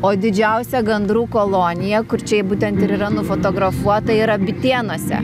o didžiausia gandrų kolonija kur čia būtent ir yra nufotografuota yra bitėnuose